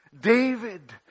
David